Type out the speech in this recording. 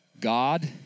God